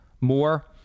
more